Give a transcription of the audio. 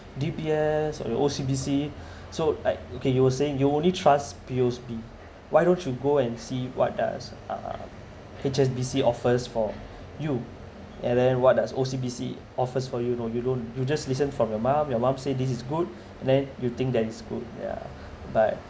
D_B_S or O_C_B_C so like okay you were saying you only trust P_O_S_B why don't you go and see what does uh H_S_B_C offers for you and then what does O_C_B_C offers for you you don't you don't you just listen from your mum your mum say this is good then you think that is good yeah but